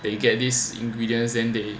they get these ingredients then they